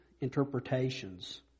Interpretations